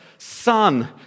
Son